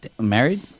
married